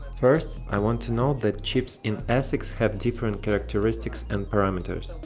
first, i want to note that chips in asics have different characteristics and parameters.